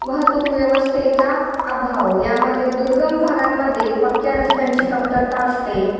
वहतूक व्यवस्थेचा अभाव यामध्ये दुर्गम भागांमध्ये पक्क्या रस्त्यांची कमतरता असते